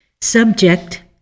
Subject